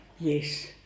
Yes